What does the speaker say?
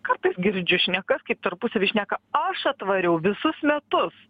kartais girdžiu šnekas kaip tarpusavy šneka aš atvariau visus metus